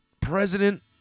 president